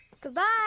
goodbye